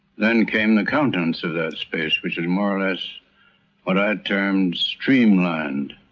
then came the countenance of that space which is more or less what i termed streamlined.